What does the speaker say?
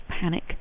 panic